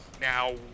Now